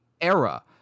era